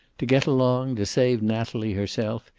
to get along, to save natalie herself,